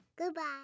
Goodbye